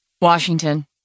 Washington